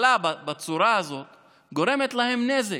בצורה הזאת הממשלה גורמת להם נזק.